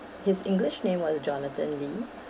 his english name was jonathan lee